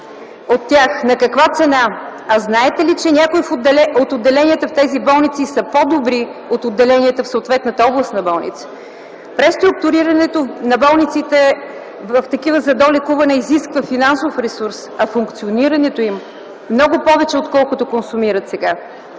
от тях? На каква цена? А знаете ли, че някои от отделенията в тези болници са по-добри от отделенията в съответната областна болница? Преструктурирането на болниците в такива за долекуване изисква финансов ресурс, а функционирането им – много повече, отколкото консумират сега.